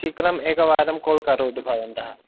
शीघ्रम् एकवारं काल् करोतु भवन्तः